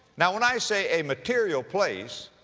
now when i say a material place,